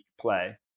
play